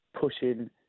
pushing